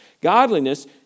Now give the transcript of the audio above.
Godliness